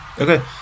Okay